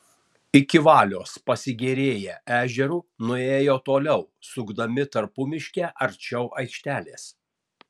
iki valios pasigėrėję ežeru nuėjo toliau sukdami tarpumiške arčiau aikštelės